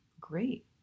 great